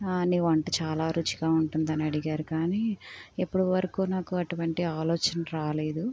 నీ వంట చాలా రుచిగా ఉంటుంది అని అడిగారు కానీ ఇప్పటివరకు నాకు అటువంటి ఆలోచన రాలేదు